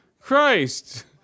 Christ